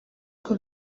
uko